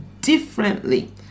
differently